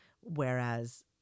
whereas